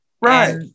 right